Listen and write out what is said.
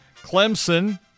Clemson